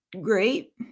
great